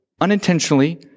unintentionally